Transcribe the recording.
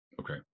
Okay